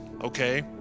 okay